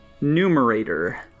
numerator